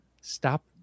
Stop